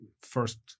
first